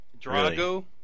Drago